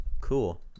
cool